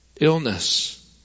illness